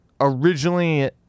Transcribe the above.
originally